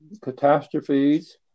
catastrophes